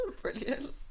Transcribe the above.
brilliant